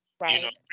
Right